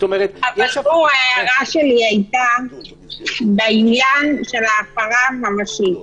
אבל, גור, הערתי הייתה בעניין ההפרה הממשית.